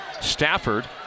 Stafford